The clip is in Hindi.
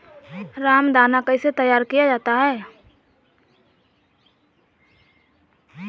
रामदाना कैसे तैयार किया जाता है?